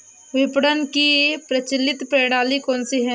विपणन की प्रचलित प्रणाली कौनसी है?